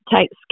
takes